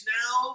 now